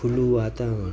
ખુલ્લું વાતાવરણ